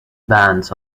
bands